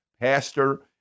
pastor